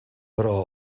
però